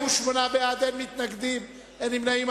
48 בעד, אין מתנגדים, אין נמנעים.